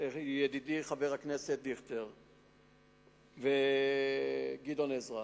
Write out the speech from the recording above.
לידידי חבר הכנסת דיכטר וגדעון עזרא: